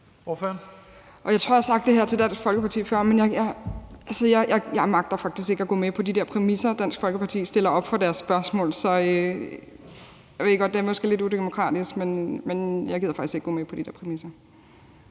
jeg har sagt det her til Dansk Folkeparti før, men jeg magter faktisk ikke at gå med på de der præmisser, Dansk Folkeparti stiller op for deres spørgsmål. Jeg ved godt, at det måske er lidt udemokratisk, men jeg gider faktisk ikke at gå med på de præmisser.